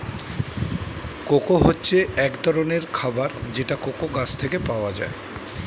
cocoa হচ্ছে এক ধরনের খাবার যেটা কোকো গাছ থেকে পাওয়া যায়